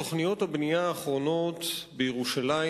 תוכניות הבנייה האחרונות בירושלים,